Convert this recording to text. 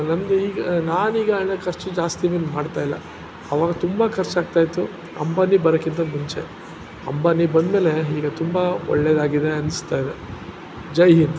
ನನಗೆ ಈಗ ನಾನೀಗ ಹಣ ಖರ್ಚು ಜಾಸ್ತಿಯೇ ಮಾಡ್ತಾಯಿಲ್ಲ ಆವಾಗ ತುಂಬ ಖರ್ಚಾಗ್ತಾಯಿತ್ತು ಅಂಬಾನಿ ಬರೋಕ್ಕಿಂತ ಮುಂಚೆ ಅಂಬಾನಿ ಬಂದಮೇಲೆ ಈಗ ತುಂಬ ಒಳ್ಳೆಯದಾಗಿದೆ ಅನಿಸ್ತಾಯಿದೆ ಜೈ ಹಿಂದ್